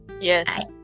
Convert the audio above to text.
yes